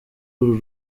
uru